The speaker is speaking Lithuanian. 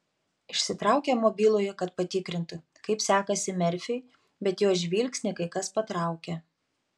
išsitraukė mobilųjį kad patikrintų kaip sekasi merfiui bet jos žvilgsnį kai kas patraukė